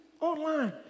online